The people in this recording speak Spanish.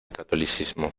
catolicismo